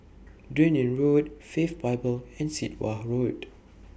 Dunearn Road Faith Bible and Sit Wah Ho Road